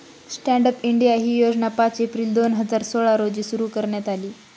stand up India ही योजना पाच एप्रिल दोन हजार सोळा रोजी सुरु करण्यात आली